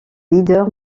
leader